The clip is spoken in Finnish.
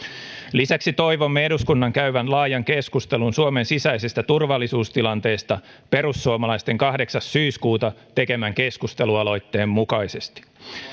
lisäksi toivomme eduskunnan käyvän laajan keskustelun suomen sisäisestä turvallisuustilanteesta perussuomalaisten kahdeksas syyskuuta tekemän keskustelualoitteen mukaisesti